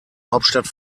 hauptstadt